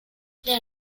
they